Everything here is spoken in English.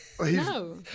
No